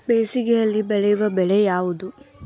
ಬೇಸಿಗೆಯಲ್ಲಿ ಬೆಳೆಯುವ ಬೆಳೆ ಯಾವುದು?